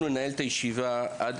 אנחנו ננהל את הישיבה עד